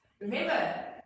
Remember